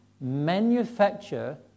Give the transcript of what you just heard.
manufacture